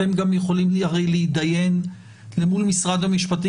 אתם הרי יכולים להתדיין למול משרד המשפטים